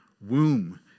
womb